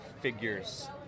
figures